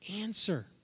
answer